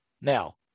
Now